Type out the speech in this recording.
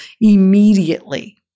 immediately